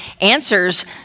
answers